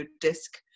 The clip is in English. DISC